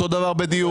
אותו דבר בדיור.